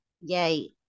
yay